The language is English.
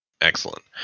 Excellent